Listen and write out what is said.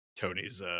Tony's